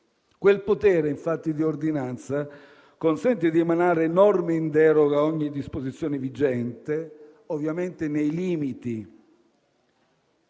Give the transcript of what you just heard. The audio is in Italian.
Quel potere d'ordinanza consente infatti di emanare norme in deroga a ogni disposizione vigente, ovviamente nei limiti